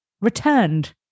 returned